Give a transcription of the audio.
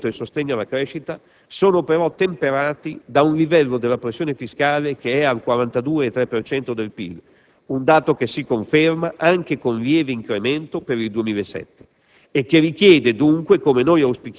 perché i buoni risultati di risanamento e sostegno alla crescita sono però temperati da un livello della pressione fiscale che è al 42,3 per cento del PIL, un dato che si conferma anche con lieve incremento per il 2007